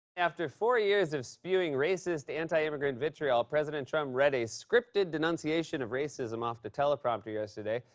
after four years of spewing racist, anti-immigrant vitriol, president trump read a scripted denunciation of racism off the teleprompter yesterday,